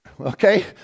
okay